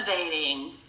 innovating